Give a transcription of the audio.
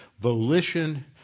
volition